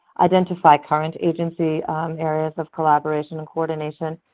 identify current agency areas of collaboration and coordination,